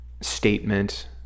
statement